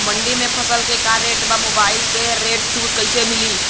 मंडी में फसल के का रेट बा मोबाइल पर रोज सूचना कैसे मिलेला?